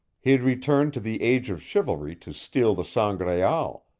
he'd returned to the age of chivalry to steal the sangraal,